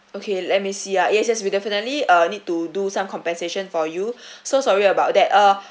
okay let me see ah yes yes we definitely uh need to do some compensation for you so sorry about that uh